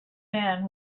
man